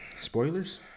spoilers